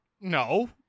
No